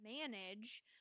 manage